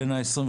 ה-25,